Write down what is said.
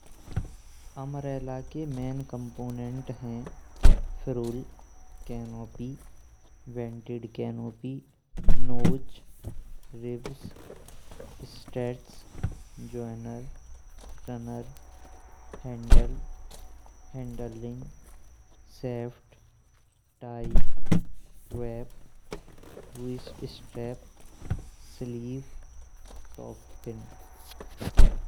अम्ब्रेला के मुख्य कम्पोनेंट हैं ferrule, canopy, vented canopy, notch, ribs, stretchers, joiner runner handle, handle ring, shaft, tie wrap, wrist, strap, sleeve, टॉपिन।